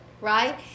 right